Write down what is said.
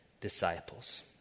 disciples